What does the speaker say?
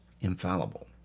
infallible